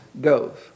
goes